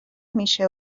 میشه